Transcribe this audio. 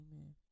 amen